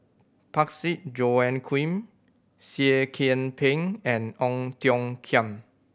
Parsick Joaquim Seah Kian Peng and Ong Tiong Khiam